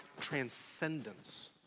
transcendence